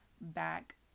back